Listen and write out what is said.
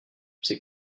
c’est